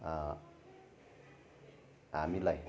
हामीलाई